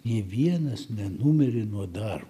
nė vienas nenumirė nuo dar